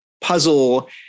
puzzle